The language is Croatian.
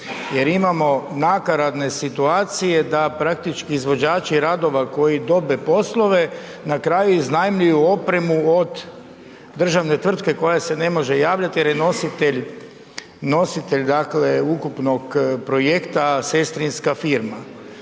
jer imamo nakaradne situacije da praktički izvođači radova koji dobe poslove, na kraju iznajmljuju opremu od državne tvrtke koja se ne može javljati jer je nositelj ukupnog projekta sestrinska firma.